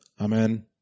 Amen